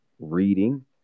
reading